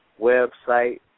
website